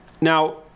now